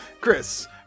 Chris